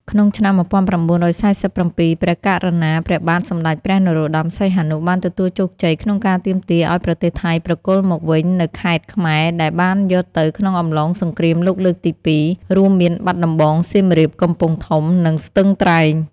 ក្នុងឆ្នាំ១៩៤៧ ព្រះករុណា ព្រះបាទសម្ដេចព្រះនរោត្តម សីហនុ បានទទួលជោគជ័យក្នុងការទាមទារឱ្យប្រទេសថៃប្រគល់មកវិញនូវខេត្តខ្មែរដែលបានយកទៅក្នុងអំឡុងសង្គ្រាមលោកលើកទី២ រួមមានបាត់ដំបង សៀមរាប កំពង់ធំ និងស្ទឹងត្រែង។